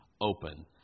open